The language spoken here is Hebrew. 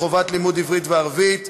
חובת לימוד עברית וערבית),